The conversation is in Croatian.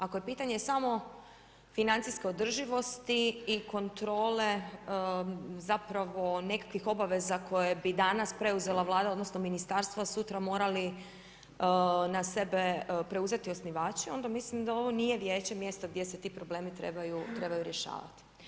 Ako je pitanje samo financijske održivosti i kontrole nekakvih obaveza koje bi danas preuzela Vlada odnosno ministarstvo, a sutra morali na sebe preuzeti osnivače, onda mislim da ovo nije vijeće mjesto gdje se ti problemi rješavati.